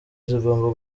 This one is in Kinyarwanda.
zigomba